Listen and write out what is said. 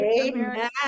Amen